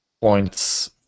points